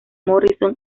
morrison